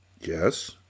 Yes